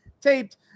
taped